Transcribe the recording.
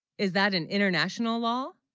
is that an international law